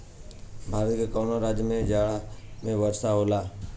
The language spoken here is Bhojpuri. भारत के कवना राज्य में जाड़ा में वर्षा होला?